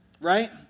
right